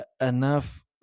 enough